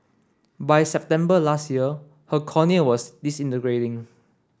by September last year her cornea was disintegrating